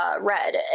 Red